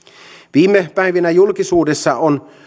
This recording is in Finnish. viime päivinä julkisuudessa on kerrottu